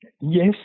Yes